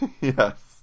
Yes